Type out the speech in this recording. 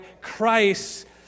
Christ